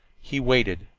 he waited,